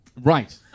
Right